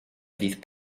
fydd